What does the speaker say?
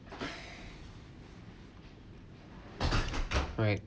alright